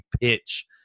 pitch